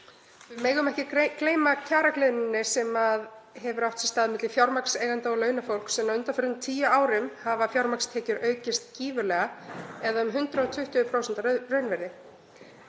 Við megum ekki gleyma kjaragliðnuninni sem hefur átt sér stað milli fjármagnseigenda og launafólks en á undanförnum tíu árum hafa fjármagnstekjur aukist gífurlega eða um 120% að raunvirði.